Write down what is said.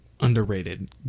underrated